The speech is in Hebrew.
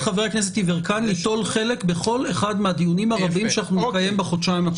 אותך ליטול חלק בכל אחד מהדיונים הרבים שאנחנו נקיים בחודשיים הקרובים.